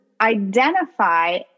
identify